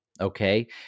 Okay